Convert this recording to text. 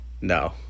No